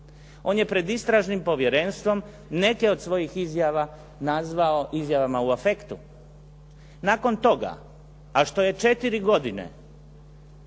On je pred Istražnim povjerenstvom neke od svojih izjava nazvao izjavama u afektu. Nakon toga, a što je 4 godine,